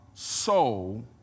soul